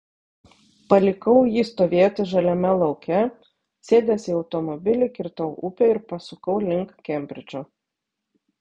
palikau jį stovėti žaliame lauke sėdęs į automobilį kirtau upę ir pasukau link kembridžo